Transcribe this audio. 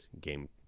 game